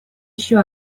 еще